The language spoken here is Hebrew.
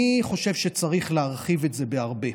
אני חושב שצריך להרחיב את זה בהרבה.